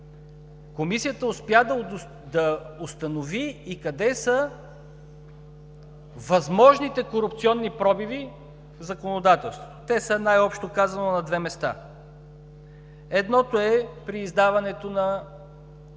Комисията успя да установи къде са и възможните корупционни пробиви в законодателството. Те са най-общо казано на две места. Eдното е при издаването на